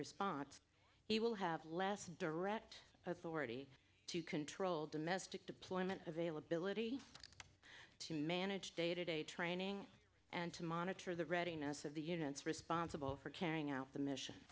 response he will have less direct authority to control domestic deployment availability to manage day to day training and to monitor the readiness of the units responsible for carrying out the mission